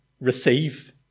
receive